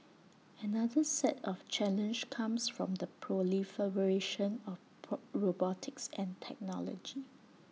another set of challenge comes from the of pro robotics and technology